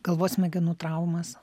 galvos smegenų traumas